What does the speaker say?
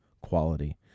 quality